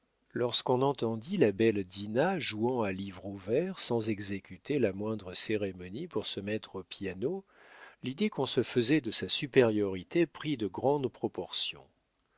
lorsqu'on entendit la belle dinah jouant à livre ouvert sans exécuter la moindre cérémonie pour se mettre au piano l'idée qu'on se faisait de sa supériorité prit de grandes proportions